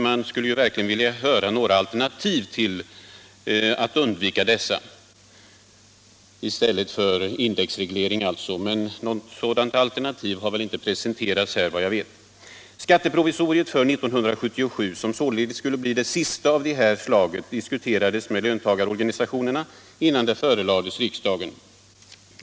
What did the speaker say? Man skulle verkligen vilja höra hur man med något alternativ — i stället för indexreglering — skall undvika dessa. Men något sådant alternativ har inte presenterats här, såvitt jag vet. Skatteprovisoriet för 1977, som således skulle bli det sista av det här slaget, diskuterades med löntagarorganisationerna innan det förelades riksdagen.